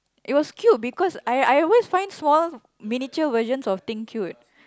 it was cute because I I always find small miniatures version of things cute